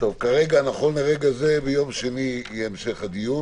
נכון לרגע זה נקיים ביום שני את המשך הדיון.